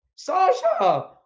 Sasha